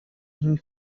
این